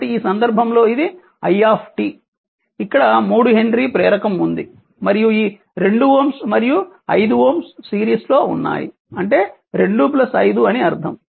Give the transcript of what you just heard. కాబట్టి ఈ సందర్భంలో ఇది i ఇక్కడ 3 హెన్రీ ప్రేరకం ఉంది మరియు ఈ 2 Ω మరియు 5 Ω సిరీస్ లో ఉన్నాయి అంటే 2 5 అని అర్థం